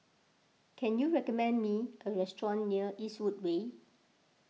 can you recommend me a restaurant near Eastwood Way